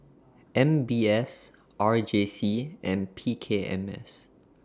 M B S R J C and P K M S